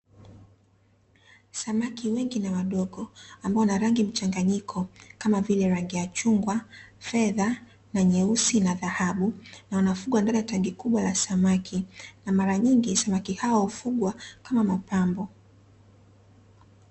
Samaki wengi na wadogo ambao wanarangi mchanganyiko kama vile rangi ya chungwa, fedha, na nyeusi, na dhahabu. Na wanafugwa ndani ya tangi kubwa la samaki na mara nyingi samaki hao hufugwa kama mapambo.